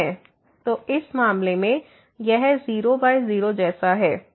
तो इस मामले में यह 0 0जैसा है